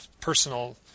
personal